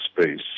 space